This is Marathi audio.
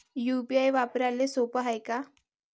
यू.पी.आय वापराले सोप हाय का?